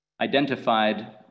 identified